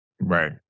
Right